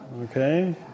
okay